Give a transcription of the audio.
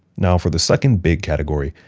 now, for the second big category,